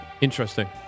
Interesting